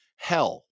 hell